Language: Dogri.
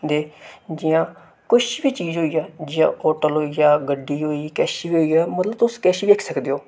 ते जि'यां किश बी चीज होई गेआ जि'यां होटल होई गेआ गड्डी होई गेई किश बी होई गेआ मतलब तुस किश बी आक्खी सकदे ओ